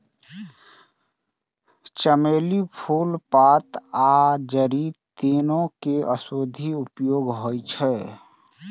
चमेली के फूल, पात आ जड़ि, तीनू के औषधीय उपयोग होइ छै